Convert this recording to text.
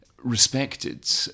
respected